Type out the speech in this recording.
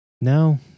No